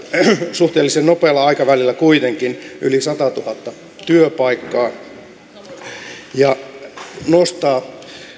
suhteellisen nopealla aikavälillä kuitenkin yli satatuhatta työpaikkaa ja nostaa